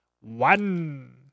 one